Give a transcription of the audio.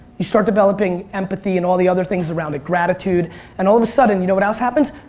you start developing empathy and all the other things around it. gratitude and all of a sudden you know what else happens?